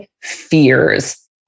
fears